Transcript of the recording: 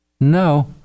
No